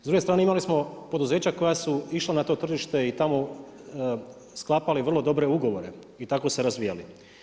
S druge strane imali smo poduzeća koja su išla na to tržište i tamo sklapali vrlo dobre ugovore i tako se razvijali.